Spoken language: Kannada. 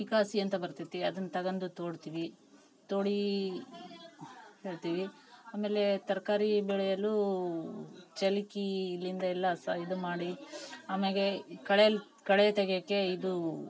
ಪಿಕಾಸಿ ಅಂತ ಬರ್ತದೆ ಅದನ್ನು ತಗೊಂಡು ತೋಡ್ತೀವಿ ತೋಡೀ ಹೇಳ್ತೀವಿ ಆಮೇಲೆ ತರಕಾರಿ ಬೆಳೆಯಲು ಸಲ್ಕೀ ಇಲ್ಲಿಂದ ಎಲ್ಲ ಹಸ ಇದು ಮಾಡಿ ಆಮೇಲೆ ಈ ಕಳೆಯಲ್ಲಿ ಕಳೆ ತೆಗ್ಯೋಕೆ ಇದೂ